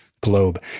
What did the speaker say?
globe